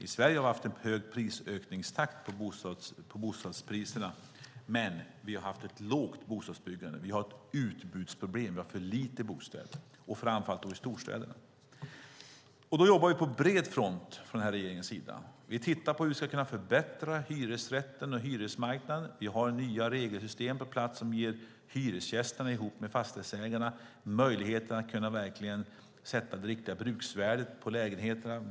I Sverige har vi haft en hög prisökningstakt på bostäderna, men vi har haft ett lågt bostadsbyggande. Vi har ett utbudsproblem. Vi har för få bostäder, framför allt i storstäderna. Vi jobbar på bred front från den här regeringens sida. Vi tittar på hur vi ska kunna förbättra hyresrätten och hyresmarknaden. Vi har nya regelsystem på plats som ger hyresgästerna ihop med fastighetsägarna möjligheten att verkligen kunna sätta det riktiga bruksvärdet på lägenheterna.